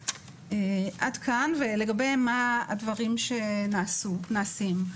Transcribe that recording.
לגבי מה הדברים שנעשים.